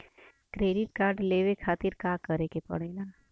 Credit card लेवे खातिर का करे के पड़ेला?